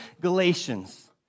Galatians